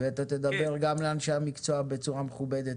ואתה תדבר גם לאנשי המקצוע בצורה מכובדת.